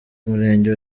murenge